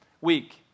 week